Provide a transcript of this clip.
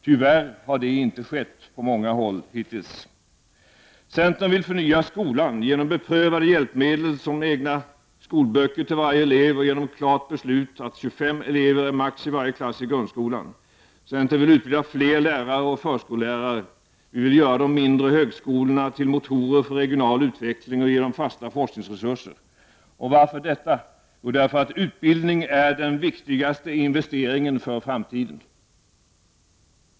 Tyvärr har det på många håll inte skett hittills. Centern vill förnya skolan — genom beprövade hjälpmedel som egna läroböcker till varje elev och genom klart beslut att 25 elever är maximum i varje klass i grundskolan. Centern vill utbilda fler lärare och förskollärare. Vi vill göra de mindre högskolorna till motorer för regional utveckling och ge dem fasta forskningsresurser. Och varför detta? Jo, därför att utbildning är den viktigaste investeringen för framtiden.